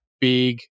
big